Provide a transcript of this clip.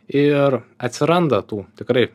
ir atsiranda tų tikrai